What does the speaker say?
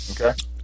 Okay